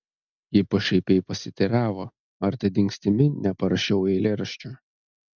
ji pašaipiai pasiteiravo ar ta dingstimi neparašiau eilėraščio